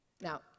Now